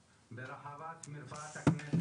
הישגים שהיינו רוצים לראות גם עבור הקבוצות